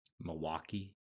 Milwaukee